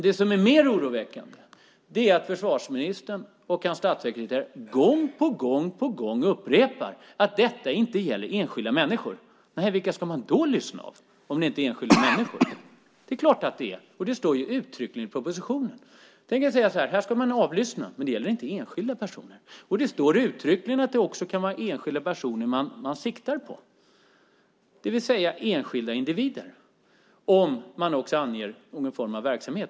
Det som är mer oroväckande är att försvarsministern och hans statssekreterare gång på gång upprepar att detta inte gäller enskilda människor. Vilka ska man då lyssna av, om det inte är enskilda människor? Det är klart att det är, och det står uttryckligen i propositionen. Tänk att säga så här: Här ska man avlyssna, men det gäller inte enskilda personer. Det står uttryckligen att det också kan vara enskilda personer man siktar på, det vill säga enskilda individer, om man också anger någon form av verksamhet.